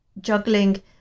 juggling